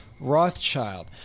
Rothschild